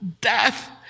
death